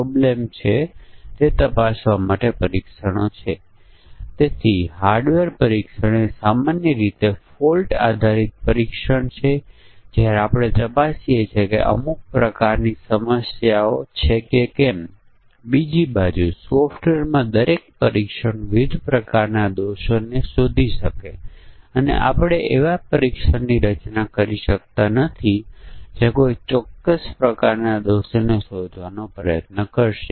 તેથી નિર્ણય ટેબલ સાથે આવવા માટે કારણ અસર ગ્રાફિંગ એ ખૂબ જ સરળ તકનીક છે નિર્ણય ટેબલ આધારિત પરીક્ષણના કિસ્સામાં ધ્યાનમાં લેવાની જરૂર છે તેવા પરીક્ષણના કેસોના સંયોજનમાં સંયુક્તતા વિસ્ફોટની સમસ્યાને ટાળે છે